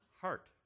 heart